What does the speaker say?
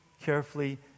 carefully